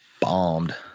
Bombed